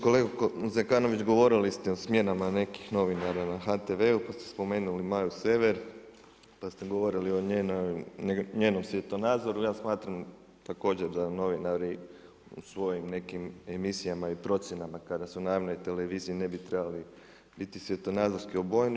Kolega Zekanović, govorili ste o smjenama nekih novinara na HTV-u pa ste spomenuli Maju Sever, pa ste govorili o njenom svjetonazoru, ja smatram također da novinari u svojim nekim emisijama i procjenama kada su na javnoj televiziji ne bi trebali biti svjetonazorski obojeni.